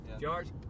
George